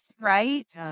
right